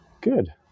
good